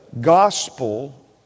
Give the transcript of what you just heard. gospel